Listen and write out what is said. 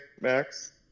Max